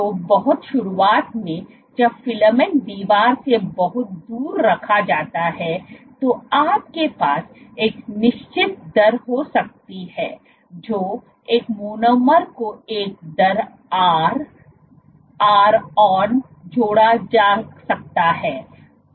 तो बहुत शुरुआत में जब फिलामेंट दीवार से बहुत दूर रखा जाता है तो आपके पास एक निश्चित दर हो सकती है जो एक मोनोमर को एक दर r ron जोड़ा जा सकता है